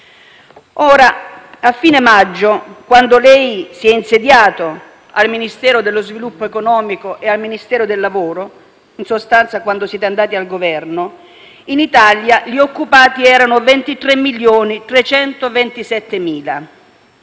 A fine maggio, quando lei si è insediato al Ministero dello sviluppo economico e al Ministero del lavoro (in sostanza quando siete andati al Governo), in Italia gli occupati erano 23.327.000;